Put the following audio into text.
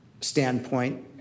standpoint